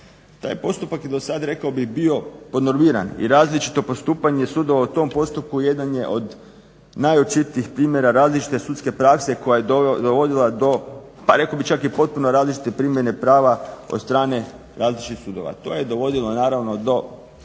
Taj postupak je dosad rekao bih bio podnormiran i različito postupanje sudova u tom postupku jedan od najočitijih primjera različite sudske prakse koja je dovodila do, pa rekao bih čak i potpuno različite primjene prava od strane različitih sudova. To je dovodilo naravno do